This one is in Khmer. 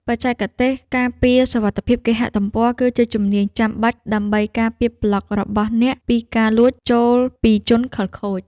បច្ចេកទេសការពារសុវត្ថិភាពគេហទំព័រ គឺជាជំនាញចាំបាច់ដើម្បីការពារប្លក់របស់អ្នកពីការលួចចូលពីជនខិលខូច។